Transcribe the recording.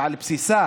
שעל בסיסה